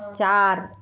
चार